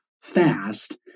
fast